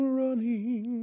running